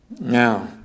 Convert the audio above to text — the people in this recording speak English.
Now